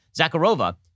Zakharova